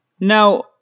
Now